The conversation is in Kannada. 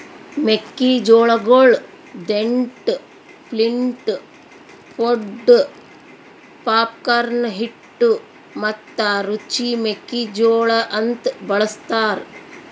ಮೆಕ್ಕಿ ಜೋಳಗೊಳ್ ದೆಂಟ್, ಫ್ಲಿಂಟ್, ಪೊಡ್, ಪಾಪ್ಕಾರ್ನ್, ಹಿಟ್ಟು ಮತ್ತ ರುಚಿ ಮೆಕ್ಕಿ ಜೋಳ ಅಂತ್ ಬಳ್ಸತಾರ್